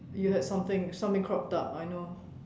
you had something something cropped up I know